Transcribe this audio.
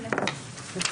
הישיבה ננעלה בשעה